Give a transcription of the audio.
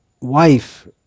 wife